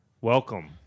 Welcome